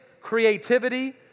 creativity